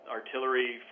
artillery